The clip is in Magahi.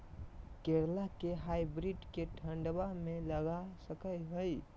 करेला के हाइब्रिड के ठंडवा मे लगा सकय हैय?